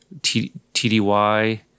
TDY